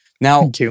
Now